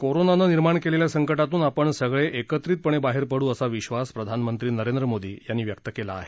कोरोनानं निर्माण केलेल्या संकटातून आपण सगळे एकत्रितपणे बाहेर पडू असा विश्वास प्रधानमंत्री नरेंद्र मोदी यांनी व्यक्त केला आहे